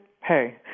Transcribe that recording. hey